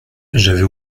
j’avais